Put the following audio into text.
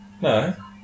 No